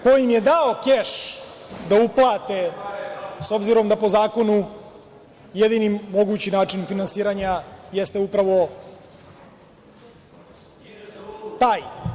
Ko im je dao keš da uplate, s obzirom da po zakonu jedini mogući način finansiranja jeste upravo taj.